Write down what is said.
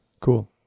cool